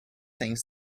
things